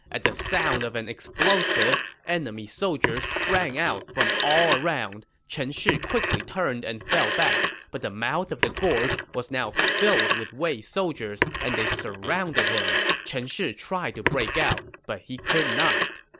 at the sound of an explosive, enemy soldiers sprang out from all around. chen shi quickly turned and fell back, but the mouth of the gorge was now filled with wei soldiers and they surrounded him. chen shi tried to break out, but could not.